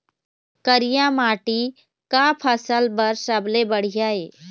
करिया माटी का फसल बर सबले बढ़िया ये?